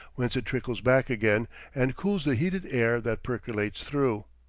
whence it trickles back again and cools the heated air that percolates through.